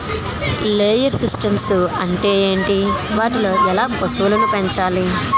Layer systems అంటే ఏంటి? వాటిలో ఎలా పశువులను పెంచాలి?